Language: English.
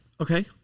Okay